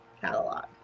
catalog